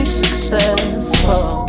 successful